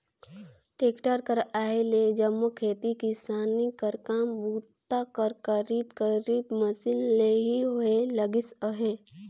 tractor कर आए ले जम्मो खेती किसानी कर काम बूता हर करीब करीब मसीन ले ही होए लगिस अहे